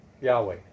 Yahweh